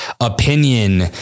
opinion